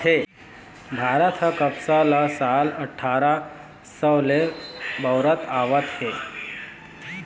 भारत ह कपसा ल साल अठारा सव ले बउरत आवत हे